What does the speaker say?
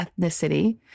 ethnicity